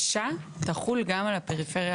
החדשה תחול גם על הפריפריה החברתית.